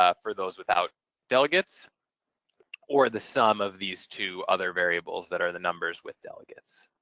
ah for those without delegates or the sum of these two other variables that are the numbers with delegates.